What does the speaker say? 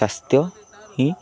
ସ୍ୱାସ୍ଥ୍ୟ ହିଁ